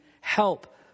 help